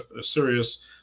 serious